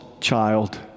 child